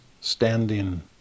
standing